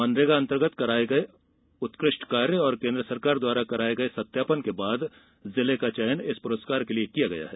मनरेगा अन्तर्गत कराये गये उत्कृष्ट कार्य और केन्द्र सरकार द्वारा कराये गये सत्यापन के बाद जिले का चयन इस पुरूस्कार के लिये किया गया है